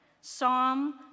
Psalm